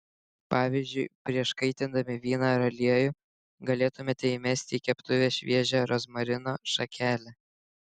pavyzdžiui prieš kaitindami vyną ir aliejų galėtumėte įmesti į keptuvę šviežią rozmarino šakelę